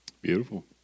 Beautiful